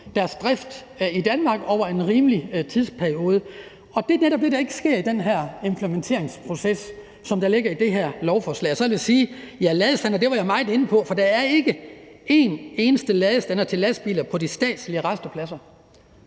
deres drift i Danmark over en rimelig tidsperiode. Og det er netop det, der ikke sker i den implementeringsproces, som ligger i det her lovforslag. Så vil jeg sige, at ladestandere var jeg meget inde på, ja, for der er ikke en eneste ladestander til lastbiler på de statslige rastepladser.